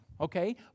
okay